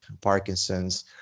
Parkinson's